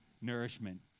nourishment